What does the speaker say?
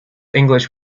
english